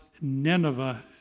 Nineveh